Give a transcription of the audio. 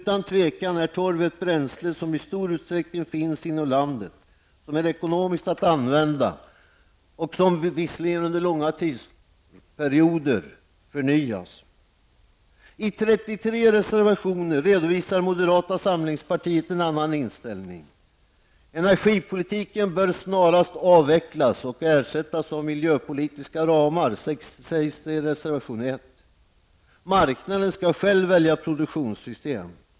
Torv är utan tvivel ett bränsle som i stor utsträckning finns inom landet, som är ekonomiskt att använda och som förnyas -- det tar visserligen lång tid. I 33 reservationer redovisar moderata samlingspartiet en annan inställning. Energipolitiken bör snarast avvecklas och ersättas av miljöpolitiska ramar sägs det i reservation 1. Marknaden skall själv välja produktionssystem.